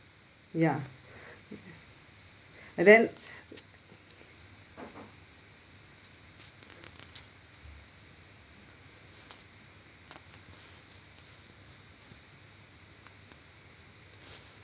ya and then